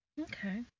Okay